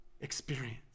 experience